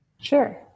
Sure